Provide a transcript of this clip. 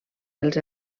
els